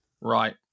Right